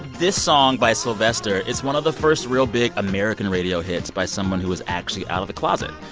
this song by sylvester, it's one of the first real big american radio hits by someone who was actually out of the closet.